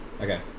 Okay